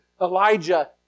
Elijah